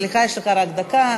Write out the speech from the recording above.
סליחה, יש לך רק דקה.